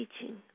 teaching